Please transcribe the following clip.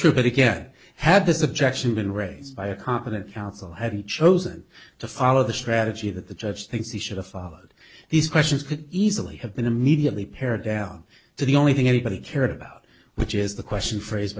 true but again had this objection been raised by a competent counsel having chosen to follow the strategy that the judge thinks he should have followed these questions could easily have been immediately pared down to the only thing anybody cared about which is the question phrase